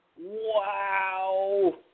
Wow